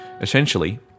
Essentially